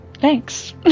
thanks